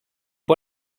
pas